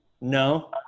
no